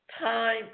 time